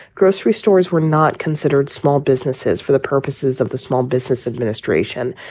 grocery stores were not considered small businesses for the purposes of the small business administration.